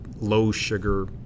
low-sugar